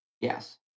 Yes